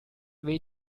way